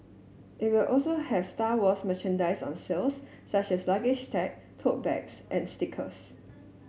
it will also have Star Wars merchandise on sales such as luggage tag tote bags and stickers